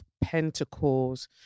Pentacles